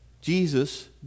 Jesus